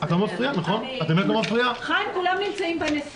גם אם קשה לך